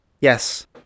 Yes